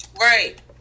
Right